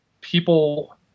people